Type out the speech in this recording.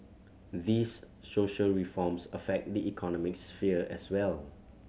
these social reforms affect the economic sphere as well